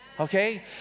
Okay